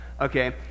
Okay